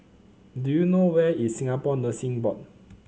do you know where is Singapore Nursing Board